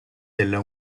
della